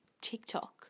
TikTok